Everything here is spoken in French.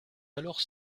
alors